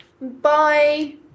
Bye